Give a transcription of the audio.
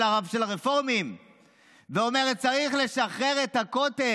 הרפורמים ואומרת: צריך לשחרר את הכותל.